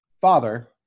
father